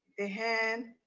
the hand,